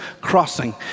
crossing